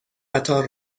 قطار